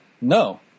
No